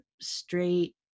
straight